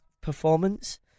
performance